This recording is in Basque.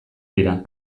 dira